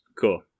cool